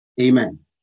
Amen